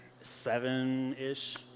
seven-ish